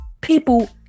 people